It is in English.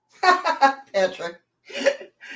Patrick